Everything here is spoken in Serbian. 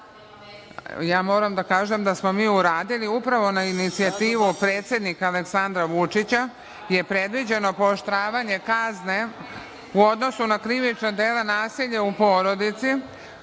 Ja moram da kažem da smo mi uradili. Upravo na inicijativu predsednika Aleksandra Vučića je predviđeno pooštravanje kazne u odnosu na krivična dela nasilja u porodici,